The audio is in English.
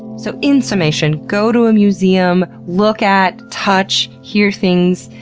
so in summation, go to a museum, look at, touch, hear things.